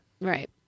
right